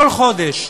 כל חודש,